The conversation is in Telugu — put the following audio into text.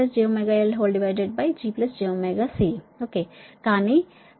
మరియు z rjωLgjωC కానీ r 0 g 0